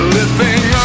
Living